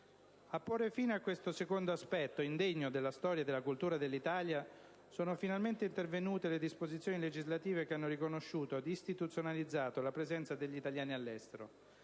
A porre fine a questo secondo aspetto, indegno della storia e della cultura dell'Italia, sono finalmente intervenute le disposizioni legislative che hanno riconosciuto ed istituzionalizzato la presenza degli italiani all'estero: